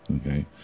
okay